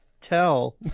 tell